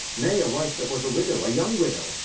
nay, a wife that was a widow, a young widow,